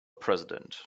president